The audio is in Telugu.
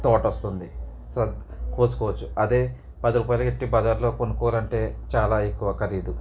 తోట వస్తుంది కోసుకోవచ్చు అదే పది రూపాయలు పెట్టి బజారులో కొనుక్కోవాలంటే చాలా ఎక్కువ ఖరీదు